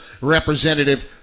representative